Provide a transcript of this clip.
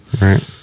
Right